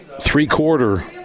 three-quarter